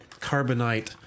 Carbonite